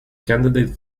candidate